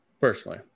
personally